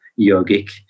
yogic